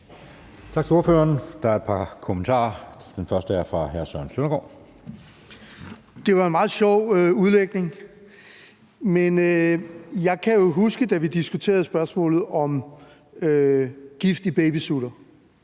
Det var en meget sjov udlægning. Men jeg kan jo huske, da vi diskuterede spørgsmålet om gift i babysutter.